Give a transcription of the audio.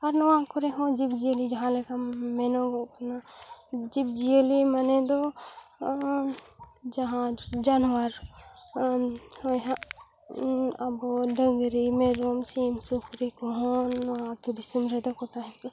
ᱟᱨ ᱱᱚᱣᱟ ᱠᱚᱨᱮ ᱦᱚᱸ ᱡᱤᱵᱽ ᱡᱤᱭᱟᱹᱞᱤ ᱡᱟᱦᱟᱸ ᱞᱮᱠᱟ ᱢᱮᱱᱚᱜᱚᱜ ᱠᱟᱱᱟ ᱡᱤᱵᱽ ᱡᱤᱭᱟᱹᱞᱤ ᱢᱟᱱᱮ ᱫᱚ ᱡᱟᱦᱟᱸ ᱡᱟᱱᱣᱟᱨ ᱦᱳᱭ ᱦᱟᱸᱜ ᱟᱵᱚ ᱰᱟᱹᱝᱨᱤ ᱢᱮᱨᱚᱢ ᱥᱤᱢ ᱥᱩᱠᱨᱤ ᱠᱚᱦᱚᱸ ᱱᱚᱣᱟ ᱟᱛᱳ ᱫᱤᱥᱚᱢ ᱨᱮᱫᱚ ᱠᱚ ᱛᱟᱦᱮᱸ ᱠᱚᱜᱼᱟ